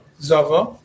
Zava